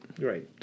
Right